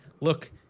look